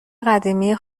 قدیمی